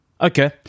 Okay